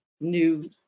new